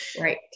Right